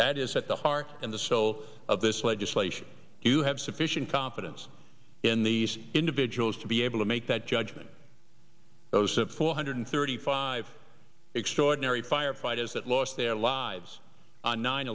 that is at the heart and the so of this legislation you have sufficient confidence in these individuals to be able to make that judgment those four hundred thirty five extraordinary firefighters that lost their lives on nine